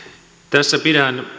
tässä pidän